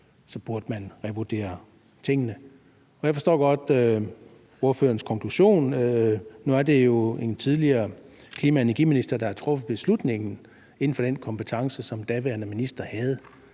burde man revurdere tingene. Jeg forstår godt ordførerens konklusion. Nu er det jo en tidligere klima- og energiminister, der har truffet beslutningen inden for den kompetence, som den daværende minister havde,